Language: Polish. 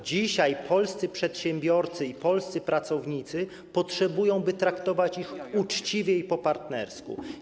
Dzisiaj polscy przedsiębiorcy i polscy pracownicy potrzebują tego, by traktować ich uczciwie i po partnersku.